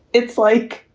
it's like,